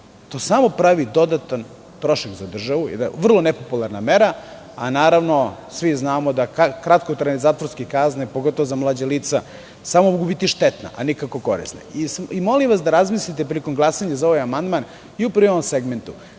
To samo pravi dodatan trošak za državu, vrlo nepopularna mera, a naravno, svi znamo da kratkotrajne zatvorske kazne, pogotovo za mlađa lica, samo mogu biti štetna, a nikako korisna. Molim vas da razmislite, prilikom glasanja za ovaj amandman, upravo o ovom segmentu,